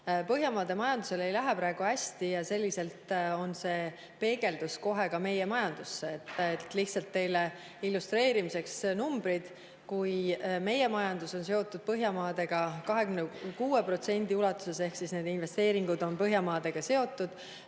Põhjamaade majandusel ei lähe praegu hästi ja see peegeldub kohe ka meie majanduses. Lihtsalt teile illustreerimiseks numbreid: meie majandus on seotud Põhjamaadega 26% ulatuses ehk [nii suur osa] investeeringuid on Põhjamaadega seotud,